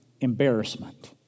embarrassment